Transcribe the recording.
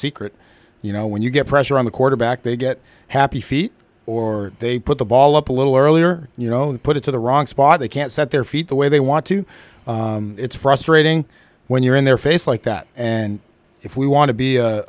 secret you know when you get pressure on the quarterback they get happy feet or they put the ball up a little earlier you know and put it to the wrong spot they can't set their feet the way they want to it's frustrating when you're in their face like that and if we want to be